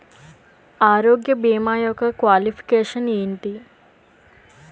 ఆరోగ్య భీమా యెక్క క్వాలిఫికేషన్ ఎంటి?